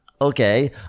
okay